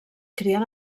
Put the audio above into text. crien